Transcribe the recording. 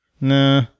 Nah